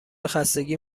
خستگی